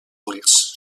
ulls